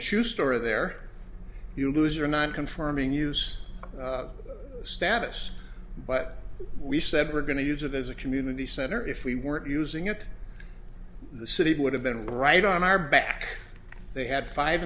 a shoe store there you lose or not confirming use status but we said we're going to use it as a community center if we weren't using it the city would have been right on our back they had five